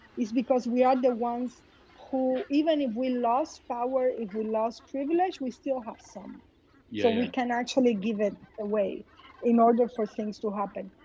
it's because we are the ones who, even if we lost power, if we lost privilege, we still have some. yeah so we can actually give it away in order for things to happen.